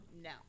No